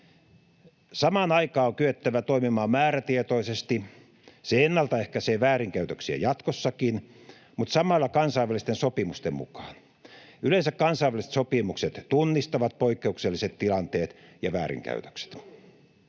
Samaan aikaan on kyettävä toimimaan määrätietoisesti — se ennaltaehkäisee väärinkäytöksiä jatkossakin — mutta samalla kansainvälisten sopimusten mukaan. Yleensä kansainväliset sopimukset tunnistavat poikkeukselliset tilanteet ja väärinkäytökset.